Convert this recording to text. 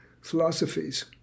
philosophies